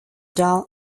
dull